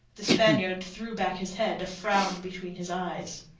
the spaniard threw back his head, a frown between his eyes.